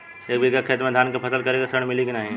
एक बिघा खेत मे धान के फसल करे के ऋण मिली की नाही?